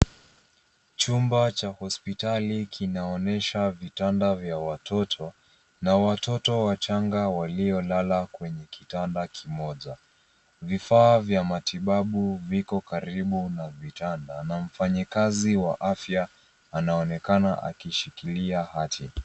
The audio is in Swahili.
Jumba cha hospitali kinaonyesha vitanda vya watoto, na watoto wachanga waliolala kwenye kitanda kimoja. Vifaa vya matibabu viko karibu na kitanda, na mfanyakazi wa afya anaonekana akishikilia hati.